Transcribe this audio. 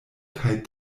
kaj